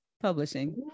publishing